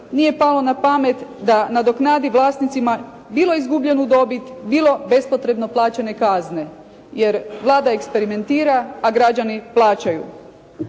nije palo na pamet da nadoknadi vlasnicima bilo izgubljenu dobit bilo bespotrebno plaćanje kazne jer Vlada eksperimentira a građani plaćaju.